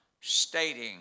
stating